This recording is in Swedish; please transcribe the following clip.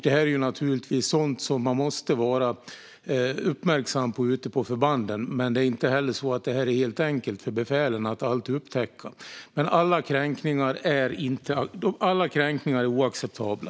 Detta är naturligtvis sådant som man måste vara uppmärksam på ute på förbanden, men det är inte alltid helt enkelt för befälen att upptäcka. Alla kränkningar är oacceptabla.